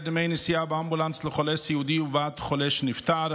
דמי נסיעה באמבולנס לחולה סיעודי ובעד חולה שנפטר),